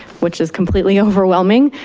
which is completely overwhelming.